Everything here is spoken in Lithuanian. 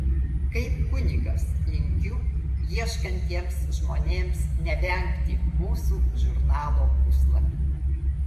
kaip kunigas linkiu ieškantiems žmonėms nevengti mūsų žurnalo puslapių